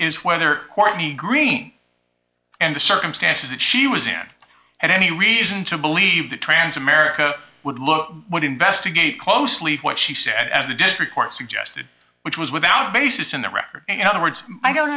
is whether any green and the circumstances that she was in had any reason to believe that trans america would look what investigate closely what she said as the district court suggested which was without basis in the record and in other words i don't